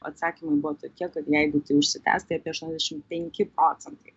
atsakymai buvo tokie kad jeigu tai užsitęs tai apie aštuondešim penki procentai